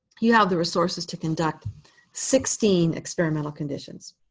you have the resources to conduct sixteen experimental conditions.